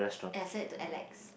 and I send it to Alex